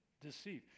deceive